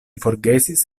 forgesis